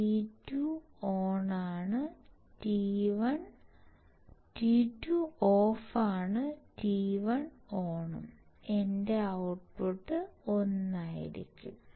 T2 ഓഫാണ് T1 ഓണും എന്റെ ഔട്ട്പുട്ട് 1 ആയിരിക്കും